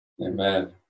Amen